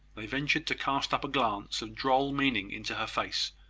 they ventured to cast up a glance of droll meaning into her face,